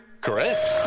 Correct